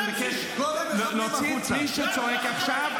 אני מבקש להוציא את מי שצועק עכשיו,